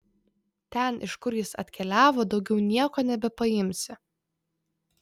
ten iš kur jis atkeliavo daugiau nieko nebepaimsi